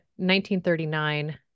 1939